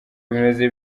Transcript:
bimeze